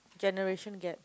generation gap